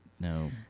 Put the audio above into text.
No